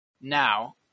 Now